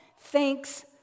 Thanks